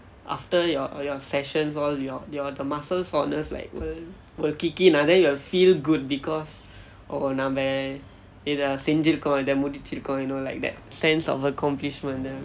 after your your sessions all your your the muscle soreness like will kick in ah then you will feel good because oh நம்ம இதை செஞ்சிருக்கோம் இதை முடிச்சிருக்கோம்:namma ithai senchirikoam ithai mudichirukoam you know like that sense of accomplishment